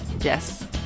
Yes